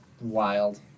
Wild